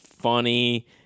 funny